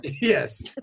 Yes